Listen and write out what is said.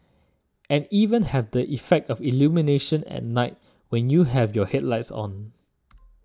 and even have the effect of illumination at night when you have your headlights on